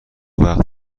وقت